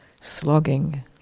slogging